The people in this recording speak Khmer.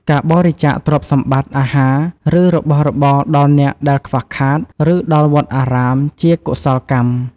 ការបរិច្ចាគទ្រព្យសម្បត្តិ អាហារ ឬរបស់របរដល់អ្នកដែលខ្វះខាត ឬដល់វត្តអារាម ជាកុសលកម្ម។